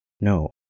No